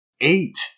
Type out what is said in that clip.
Eight